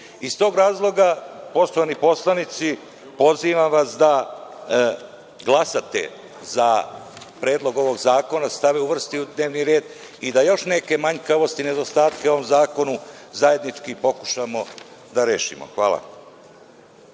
tog razloga, poštovani poslanici, pozivam vas da glasate za predlog ovog zakona, da se uvrsti u dnevni red i još neke manjkavosti, nedostatke u ovom zakonu zajednički pokušamo da rešimo. Hvala.